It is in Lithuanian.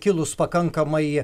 kilus pakankamai